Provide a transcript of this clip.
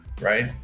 right